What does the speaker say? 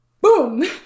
Boom